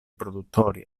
produttori